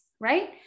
right